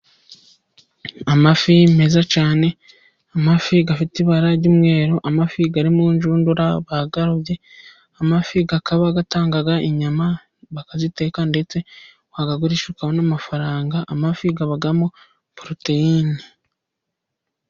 Amafi meza cyane, amafi afite ibara ry'umweru, amafi ari mu nshundura bayarobye, amafi akaba atanga inyama bakaziteka ndetse bayagurisha bakabaha n'amafaranga, amafi abamo poroteyine.